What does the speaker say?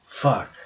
fuck